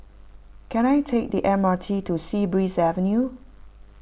can I take the M R T to Sea Breeze Avenue